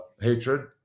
hatred